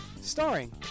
starring